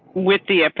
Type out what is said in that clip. with the.